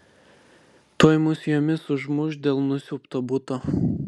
tuoj mus jomis užmuš dėl nusiaubto buto